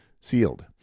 sealed